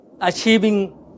achieving